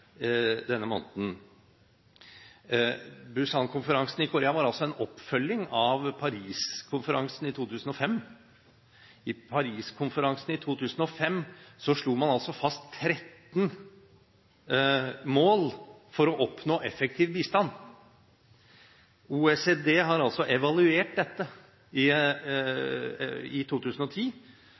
denne måneden. Busan-konferansen i Korea var en oppfølging av Paris-konferansen i 2005. I Paris-konferansen i 2005 slo man fast 13 mål for å oppnå effektiv bistand. OECD evaluerte dette i 2010